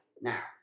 Now